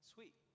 Sweet